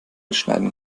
schneiden